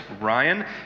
Ryan